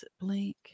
blink